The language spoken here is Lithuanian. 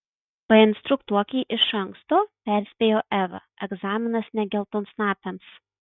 painstruktuok jį iš anksto perspėjo eva egzaminas ne geltonsnapiams